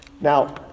Now